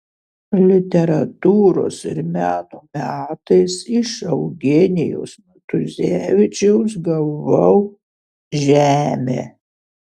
literatūros ir meno metais iš eugenijaus matuzevičiaus gavau žemę